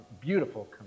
beautiful